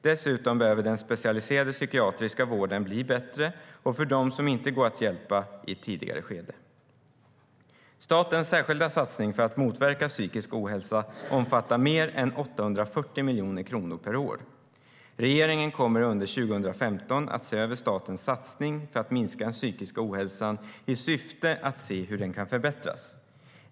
Dessutom behöver den specialiserade psykiatriska vården bli bättre för dem som inte går att hjälpa i ett tidigare skede. Statens särskilda satsning för att motverka psykisk ohälsa omfattar mer än 840 miljoner kronor per år. Regeringen kommer under 2015 att se över statens satsning för att minska den psykiska ohälsan i syfte att se hur den kan förbättras.